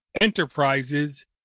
enterprises